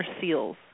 seals